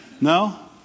No